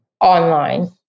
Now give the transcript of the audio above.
online